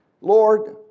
Lord